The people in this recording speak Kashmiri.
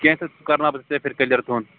کیٚنٛہہ چھُنہٕ سُہ کَرٕناو بہٕ